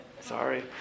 Sorry